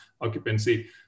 occupancy